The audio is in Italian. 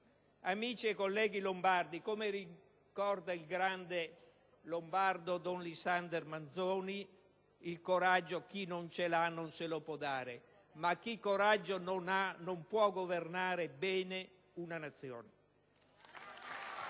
Amici e colleghi lombardi, come ricorda il grande lombardo don Lisander Manzoni, il coraggio chi non ce l'ha non se lo può dare. Ma chi coraggio non ha, non può governare bene una Nazione.